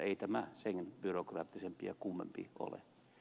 ei tämä sen byrokraattisempi ja kummempi asia ole